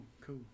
cool